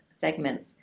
segments